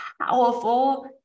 powerful